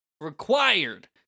Required